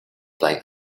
playing